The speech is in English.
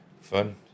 Fun